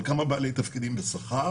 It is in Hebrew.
אבל יש כמה בעלי תפקידים בשכר.